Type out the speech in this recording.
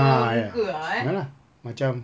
ah ya ya lah macam